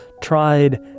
tried